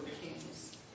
kings